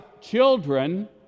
children